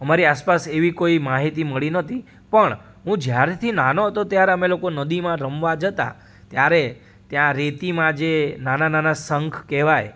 અમારી આસપાસ એવી કોઈ માહિતી મળી નહોતી પણ હું જ્યારથી નાનો હતો ત્યારે અમે લોકો નદીમાં રમવા જતાં ત્યારે ત્યાં રેતીમાં જે નાના નાના શંખ કેહવાય